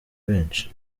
benshi